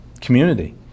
community